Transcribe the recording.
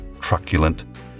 truculent